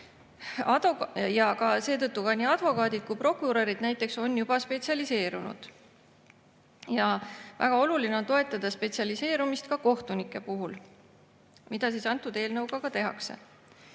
ja seetõttu on nii advokaadid kui ka prokurörid näiteks juba spetsialiseerunud. Väga oluline on toetada spetsialiseerumist ka kohtunike puhul, mida antud eelnõuga tehaksegi.